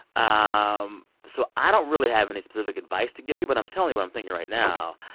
um so i don't really have any specific advice to give you, but i'm telling you what i'm thinking right now.